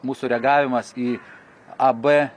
mūsų reagavimas į a b